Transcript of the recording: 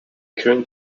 current